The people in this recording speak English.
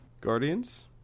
Guardians